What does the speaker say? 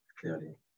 clearly